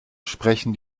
sprechen